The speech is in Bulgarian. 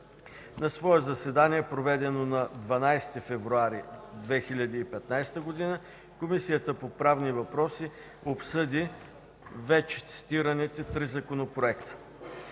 На свое заседание, проведено на 12 февруари 2015 г., Комисията по правни въпроси обсъди вече цитираните три законопроекта.